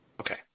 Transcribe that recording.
Okay